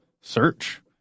search